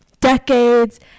decades